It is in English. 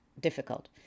difficult